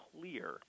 clear